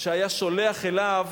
שהיה שולח אליו